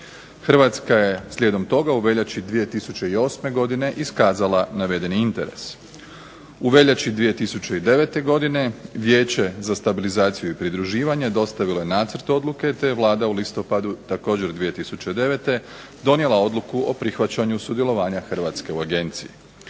Hrvatska je slijedom toga u veljači 2008. godine iskazala navedeni interes. U veljači 2009. godine Vijeće za stabilizaciju i pridruživanje dostavilo je nacrt odluke te je Vlada u listopadu također 2009. donijela Odluku o prihvaćanju sudjelovanja Hrvatske u Agenciji.